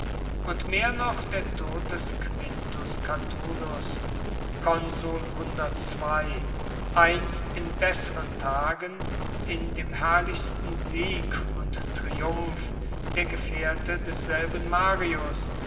und mehr noch der tod des quintus catulus einst in besseren tagen in dem herrlichsten sieg und triumph der gefährte desselben marius